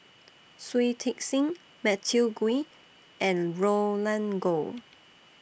Shui Tit Sing Matthew Ngui and Roland Goh